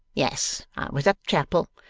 yes, i was at chapel.